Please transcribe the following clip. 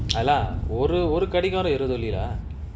ah lah ஒரு ஒரு கடிகாரோ இருவது வெள்ளி:oru oru katikaaro iruvathu velli lah